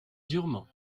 durement